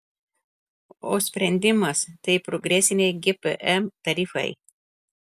o sprendimas tai progresiniai gpm tarifai